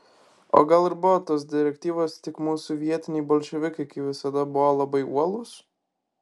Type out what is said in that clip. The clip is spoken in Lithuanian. o gal ir buvo tos direktyvos tik mūsų vietiniai bolševikai kaip visada buvo labai uolūs